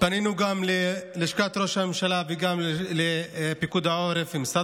פנינו גם ללשכת ראש הממשלה וגם לפיקוד העורף ולמשרד